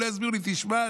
ולא יסבירו לי: תשמע,